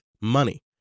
money